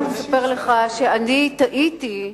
אני רוצה לספר לך שאני טעיתי,